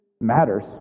matters